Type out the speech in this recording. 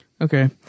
Okay